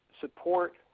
support